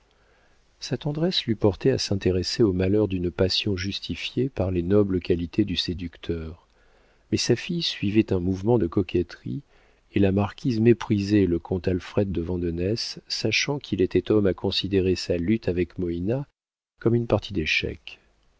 sa tendresse l'eût portée à s'intéresser aux malheurs d'une passion justifiée par les nobles qualités du séducteur mais sa fille suivait un mouvement de coquetterie et la marquise méprisait le comte alfred de vandenesse sachant qu'il était homme à considérer sa lutte avec moïna comme une partie d'échecs